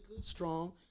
strong